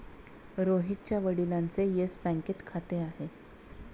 रोहितच्या वडिलांचे येस बँकेत खाते आहे